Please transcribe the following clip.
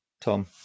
Tom